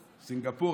סינגפור,